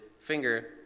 finger